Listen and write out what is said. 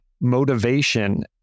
motivation